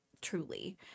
truly